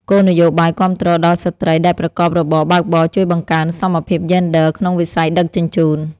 គោលនយោបាយគាំទ្រដល់ស្ត្រីដែលប្រកបរបរបើកបរជួយបង្កើនសមភាពយេនឌ័រក្នុងវិស័យដឹកជញ្ជូន។